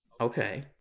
okay